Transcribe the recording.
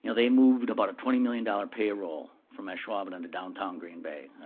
you know they moved about a twenty million dollars payroll from ashwaubenon into downtown green bay.